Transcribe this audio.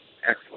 Excellent